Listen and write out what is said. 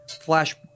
flash